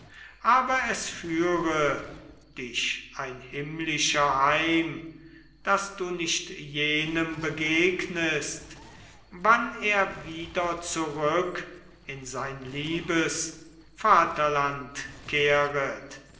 aber es führe dich ein himmlischer heim daß du nicht jenem begegnest wann er wieder zurück in sein liebes vaterland kehret